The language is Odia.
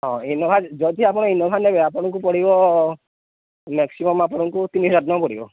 ହଁ ଇନୋଭା ଯଦି ଆପଣ ଇନୋଭା ନେବେ ଆପଣଙ୍କୁ ପଡ଼ିବ ମ୍ୟାକ୍ସିମମ୍ ଆପଣଙ୍କୁ ତିନି ହଜାର ଟଙ୍କା ପଡ଼ିବ